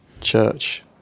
church